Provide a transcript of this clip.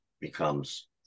becomes